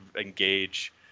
engage